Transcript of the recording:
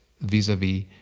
vis-a-vis